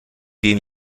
den